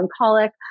melancholic